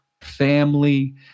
family